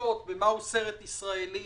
שעוסקות בשאלה מהו סרט ישראלי